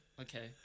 Okay